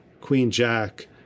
queen-jack